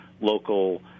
local